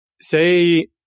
Say